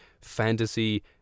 fantasy